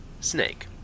Snake